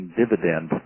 dividend